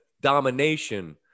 domination